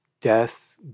death